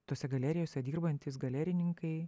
tose galerijose dirbantys galerininkai